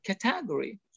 category